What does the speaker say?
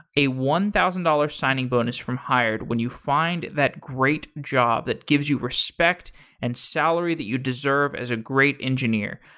a one thousand dollars signing bonus from hired when you find that great job that gives you respect and salary that you deserve as a great engineer.